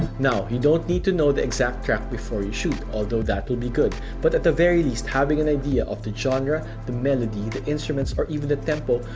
now, you don't need to know the exact track before you shoot, although that will be good, but at the very least, least, having an idea of the genre, the melody, the instruments, or even the tempo,